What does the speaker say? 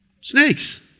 Snakes